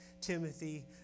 Timothy